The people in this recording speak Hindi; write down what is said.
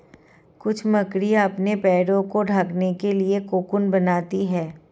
कुछ मकड़ियाँ अपने पैरों को ढकने के लिए कोकून बनाती हैं